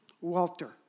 Walter